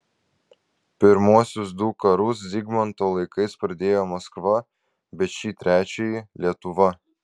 pirmuosius du karus zigmanto laikais pradėjo maskva bet šį trečiąjį lietuva